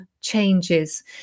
changes